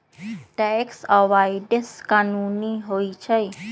tax avoidance कानूनी होइ छइ